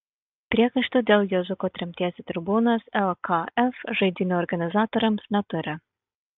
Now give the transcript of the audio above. priekaištų dėl juozuko tremties į tribūnas lkf žaidynių organizatoriams neturi